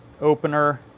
opener